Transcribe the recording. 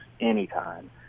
anytime